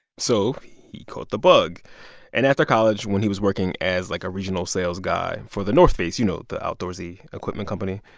so you caught the bug and after college, when he was working as, like, a regional sales guy for the north face you know, the outdoorsy equipment company.